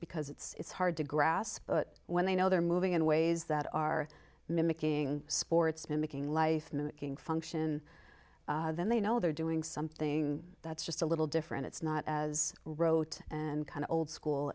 because it's hard to grasp but when they know they're moving in ways that are mimicking sports mimicking life milking function then they know they're doing something that's just a little different it's not as rote and kind of old school